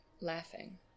laughing